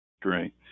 Great